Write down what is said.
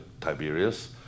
Tiberius